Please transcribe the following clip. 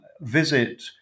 visit